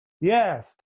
Yes